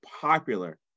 popular